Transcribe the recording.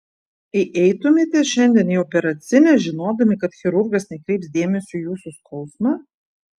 įeitumėte šiandien į operacinę žinodami kad chirurgas nekreips dėmesio į jūsų skausmą